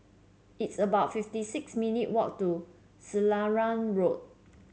it's about fifty six minute walk to Selarang Road